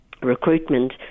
recruitment